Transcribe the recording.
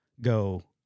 go